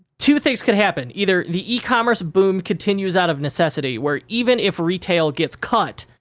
two things could happen. either the e-commerce boom continues out of necessity, where even if retail gets cut,